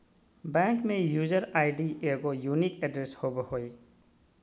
bank में user ID एगो unique address होबो हइ